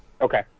Okay